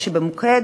כשבמוקד